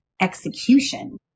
execution